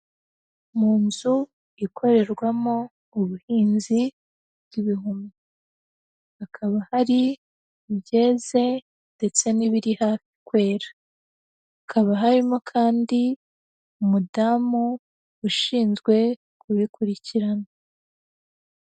Mu nzu ikorerwamo ubuhinzi bw'ibihumyo. Hakaba hari ibyeze ndetse n'ibiri hafi kwera. Hakaba harimo kandi, umudamu ushinzwe kubikurikirana.